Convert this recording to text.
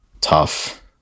tough